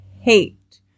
hate